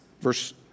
verse